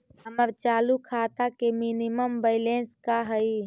हमर चालू खाता के मिनिमम बैलेंस का हई?